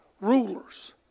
rulers